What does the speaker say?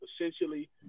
essentially